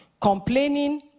Complaining